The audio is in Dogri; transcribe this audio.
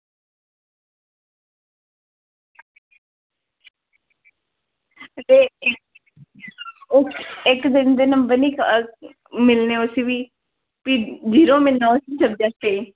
ते इक्क दिन दे नंबर निं मिलने उसगी फ्ही फ्ही जीरो मिलना उस सब्जेक्ट च